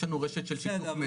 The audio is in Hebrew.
יש לנו רשת של שיתוף מידע.